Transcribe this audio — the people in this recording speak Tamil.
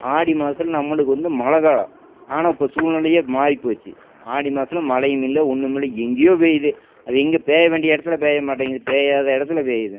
ஆடி மாதத்துல நம்மளுக்கு வந்து மழை காலம் ஆனால் இப்போ சூழ்நிலையே மாறி போச்சு ஆடி மாதத்துல மழையுமில்லை ஒன்னுமில்லை எங்கையோ பெய்யிது அது இங்கே பேய வேண்டிய இடத்துல பேய மாட்டேங்கிது பேயாத இடத்துல பெய்யிது